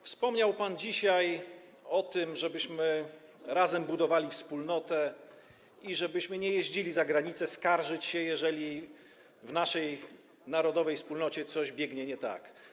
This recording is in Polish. Wspomniał pan dzisiaj o tym, żebyśmy razem budowali wspólnotę i żebyśmy nie jeździli za granicę skarżyć się, jeżeli w naszej narodowej wspólnocie coś jest nie tak.